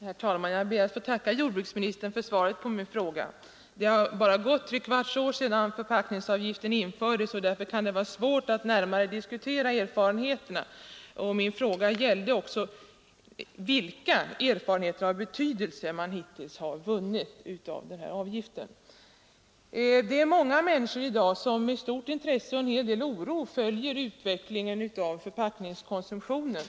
Herr talman! Jag ber att få tacka jordbruksministern för svaret på min fråga. Det har bara gått tre kvarts år sedan förpackningsavgiften infördes, och det kan vara svårt att nu närmare diskutera erfarenheterna. Min fråga gällde vilka erfarenheter av betydelse man hittills har vunnit av den här avgiften. Det är många människor som i dag med stort intresse och en hel del oro följer utvecklingen av förpackningskonsumtionen.